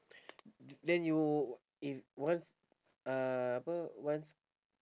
then you if once uh apa once